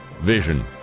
vision